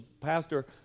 pastor